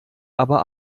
aber